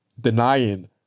denying